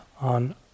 on